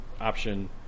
option